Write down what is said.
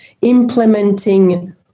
implementing